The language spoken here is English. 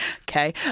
okay